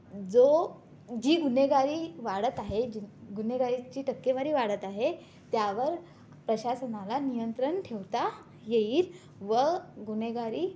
जो जी गुन्हेगारी वाढत आहे जी गुन्हेगारीची टक्केवारी वाढत आहे त्यावर प्रशासनाला नियंत्रण ठेवता येईल व गुन्हेगारी